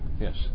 Yes